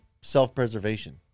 self-preservation